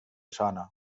sona